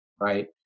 right